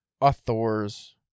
authors